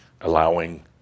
allowing